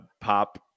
pop